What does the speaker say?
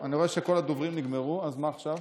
אני רואה שכל הדוברים נגמרו, אז מה עכשיו?